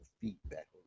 feedback